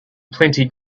plenty